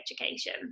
education